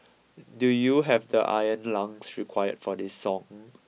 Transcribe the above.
do you have the iron lungs required for this song